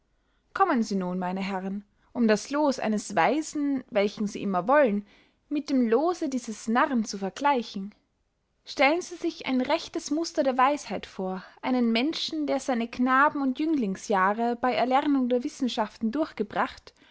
kommen sie nun meine herren um das loos eines weisen welchen sie immer wollen mit dem loose dieses narren zu vergleichen stellen sie sich ein rechtes muster der weisheit vor einen menschen der seine knaben und jünglingsjahre bey erlernung der wissenschaften durchgebracht